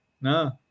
No